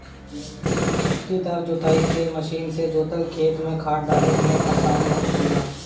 पट्टीदार जोताई के मशीन से जोतल खेत में खाद डाले में आसानी होला